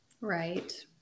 Right